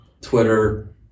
Twitter